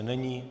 Není.